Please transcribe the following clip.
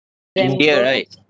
india right